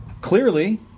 clearly